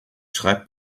schreibt